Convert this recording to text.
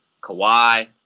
Kawhi